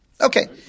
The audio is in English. Okay